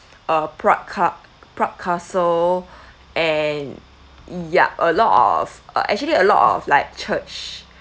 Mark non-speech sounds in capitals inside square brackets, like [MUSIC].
uh prague ca~ prague castle [BREATH] and ya a lot of uh actually a lot of like church